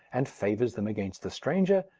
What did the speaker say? and favours them against the stranger,